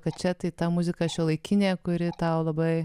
kad čia tai ta muzika šiuolaikinė kuri tau labai